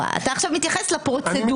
פרוצדורה ואתה עכשיו מתייחס לפרוצדורה.